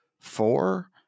four